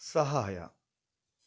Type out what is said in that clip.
ಸಹಾಯ